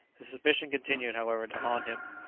the suspicion continued, however, to haunt him,